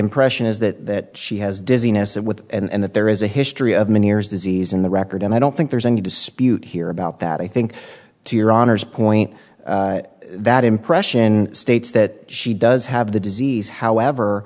impression is that she has dizziness and with and that there is a history of many years disease in the record and i don't think there's any dispute here about that i think to your honor's point that impression states that she does have the disease however